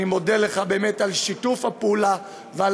אני מודה לך באמת על שיתוף הפעולה ועל